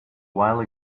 while